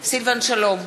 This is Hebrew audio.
סילבן שלום,